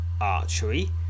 archery